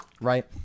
right